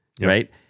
right